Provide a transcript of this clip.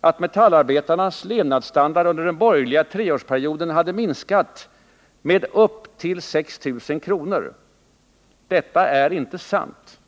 att metallarbetarnas levnadsstandard under den borgerliga treårsperioden hade minskat ”med upp till 6 000 kr.”. Detta är inte sant.